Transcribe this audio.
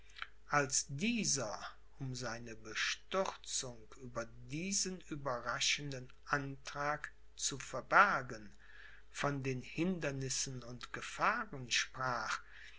als dieser um seine bestürzung über diesen überraschenden antrag zu verbergen von den hindernissen und gefahren sprach